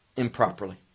improperly